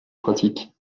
pratique